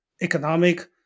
economic